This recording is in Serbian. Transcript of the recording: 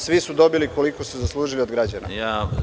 Svi su dobili koliko su zaslužili od građana.